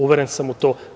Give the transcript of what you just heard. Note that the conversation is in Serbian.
Uveren sam u to.